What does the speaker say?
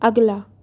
अगला